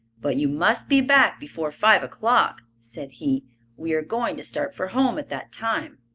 but you must be back before five o'clock, said he. we are going to start for home at that time.